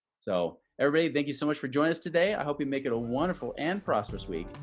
so everybody thank you so much for joining us today! i hope we make it a wonderful and prosperous week.